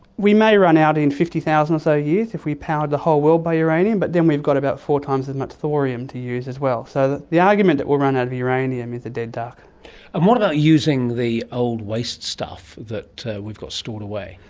we may run out in fifty thousand or so years if we powered the whole world by uranium, but then we've got about four times as much thorium to use as well. so the argument that we'll run out of uranium is a dead duck. and what about using the old waste stuff that we've got stored away?